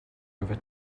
over